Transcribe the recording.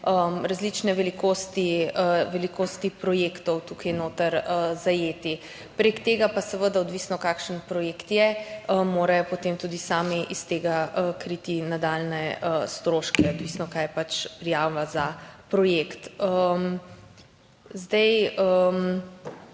različne velikosti projektov tukaj notri zajeti. Prek tega pa, seveda odvisno, kakšen projekt je, morajo potem tudi sami iz tega kriti nadaljnje stroške, odvisno, kaj je pač prijava za projekt.